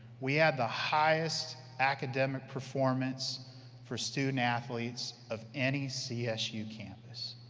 we had the highest academic performance for student-athletes of any csu campus.